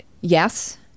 yes